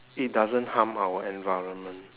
it doesn't harm our environment